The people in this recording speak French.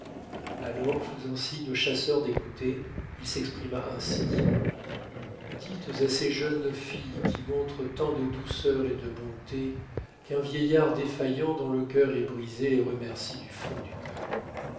alors faisant signe au chasseur d'écouter il s'exprima ainsi dites à ces jeunes filles qui montrent tant de douceur et de bonté qu'un vieillard défaillant dont le cœur est brisé les remercie du fond du cœur